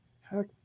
heck